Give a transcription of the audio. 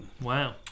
Wow